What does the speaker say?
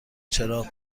چراغ